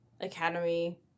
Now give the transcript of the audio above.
academy